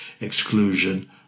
exclusion